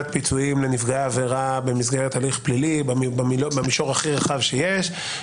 פיצויים לנפגעי עבירה במסגרת הליך פלילי במישור הכי רחב שיש,